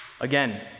Again